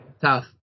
tough